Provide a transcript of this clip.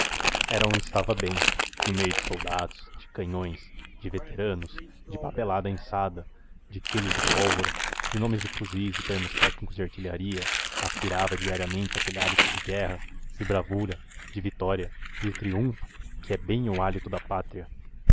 era onde estava bem no meio de soldados de canhões de veteranos de papelada inçada de quilos de pólvora de nomes de fuzis e termos técnicos de artilharia aspirava diariamente aquele hálito de guerra de bravura de vitória de triunfo que é bem o hálito da pátria